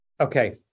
Okay